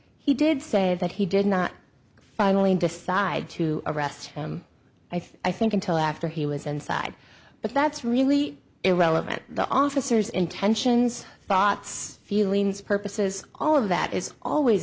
he did say that he did not finally decide to arrest him i think until after he was inside but that's really irrelevant the officers intentions thoughts feelings purposes all of that is always